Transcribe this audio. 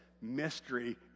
mystery